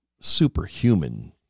superhuman